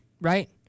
right